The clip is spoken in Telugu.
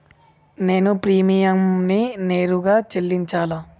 నేను ప్రీమియంని నేరుగా చెల్లించాలా?